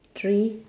three